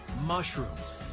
mushrooms